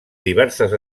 diverses